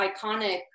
iconic